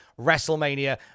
WrestleMania